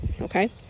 Okay